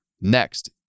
Next